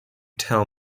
tell